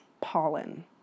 pollen